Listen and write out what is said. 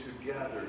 together